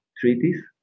Treaties